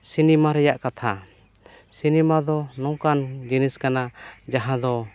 cinema ᱨᱮᱭᱟᱜ ᱠᱟᱛᱷᱟ cinema ᱫᱚ ᱱᱚᱝᱠᱟᱱ ᱠᱟᱱᱟ ᱡᱟᱦᱟᱸ ᱫᱚ